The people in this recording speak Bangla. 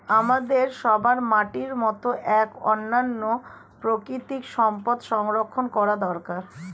আমাদের সবার মাটির মতো এক অনন্য প্রাকৃতিক সম্পদ সংরক্ষণ করা দরকার